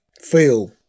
feel